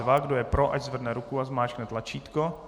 Kdo je pro, ať zvedne ruku a zmáčkne tlačítko.